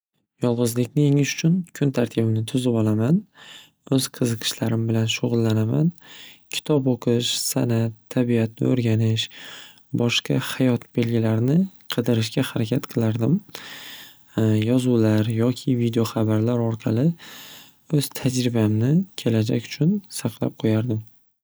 Yolg'izlikni yengish uchun kun tartibimni tuzib olaman, o'z qiziqishlarim bilan shug'illanaman, kitob o'qish, san'at, tabiatni o'rganish, boshqa hayot belgilarini qidirishga harakat qilardim. Yozuvlar yoki videoxabarlar orqali o'z tajribamni kelajak uchun saqlab qo'yardim.